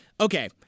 Okay